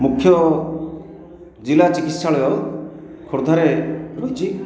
ମୁଖ୍ୟ ଜିଲ୍ଲା ଚିକିତ୍ସାଳୟ ଖୋର୍ଦ୍ଧାରେ ରହିଛି